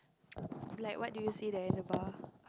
like what do you see there in the bar